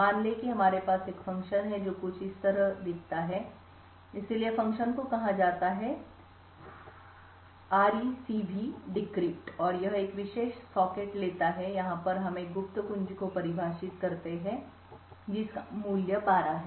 मान लें कि हमारे पास एक फ़ंक्शन है जो कुछ इस तरह दिखता है इसलिए फ़ंक्शन को कहा जाता है RecvDecrypt और यह एक विशेष सॉकेट लेता है और यहां पर हम एक गुप्त कुंजी को परिभाषित करते हैं जिसका मूल्य 12 है